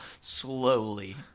slowly